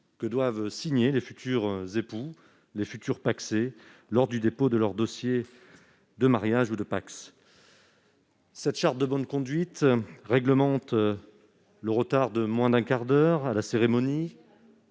que doivent signer les futurs époux et les futurs pacsés lors du dépôt de leur dossier de mariage ou de pacs. Cette charte de bonne conduite porte sur les retards de plus d'un quart d'heure à la cérémonie,